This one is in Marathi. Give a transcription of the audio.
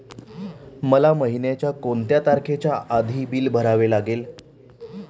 मला महिन्याचा कोणत्या तारखेच्या आधी बिल भरावे लागेल?